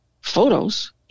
photos